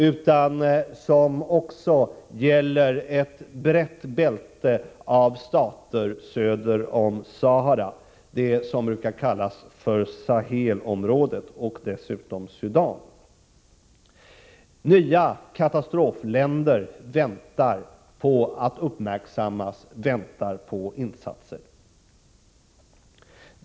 Den omfattar ett brett bälte av stater söder om Sahara — det som brukar kallas för Sahelområdet — och Sudan. Nya katastrofländer väntar på att uppmärksammas, väntar på insatser.